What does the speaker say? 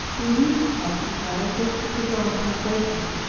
we reached popsipetel just as the dawn was breaking.